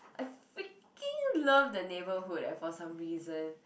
I freaking love the neighborhood leh for some reason